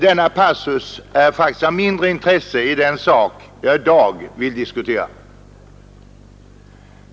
Denna passus är faktiskt av mindre intresse för den sak som jag i dag vill diskutera.